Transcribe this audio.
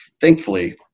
thankfully